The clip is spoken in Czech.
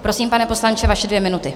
Prosím, pane poslanče, vaše dvě minuty.